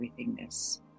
everythingness